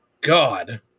god